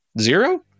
zero